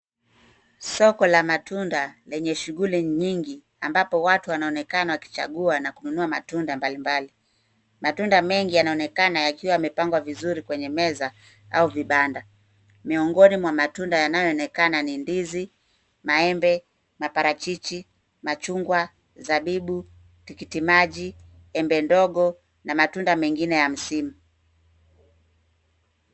Soko hili la matunda lina shughuli nyingi ambapo watu wanashuhudia wakichagua na kununua matunda mbalimbali. Matunda haya yamepangwa kwa ustaarabu kwenye meza na vibanda. Miongoni mwa matunda yanayoonekana ni ndizi, maembe, papaya, machungwa, zabibu, tikitimaji, embe ndogo, pamoja na matunda mengine ya msimu.